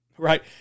Right